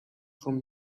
from